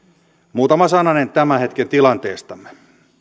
muutama sananen tämän hetken tilanteestamme